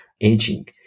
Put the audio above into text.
aging